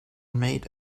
made